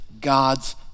God's